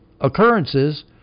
occurrences